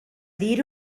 dir